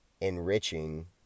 enriching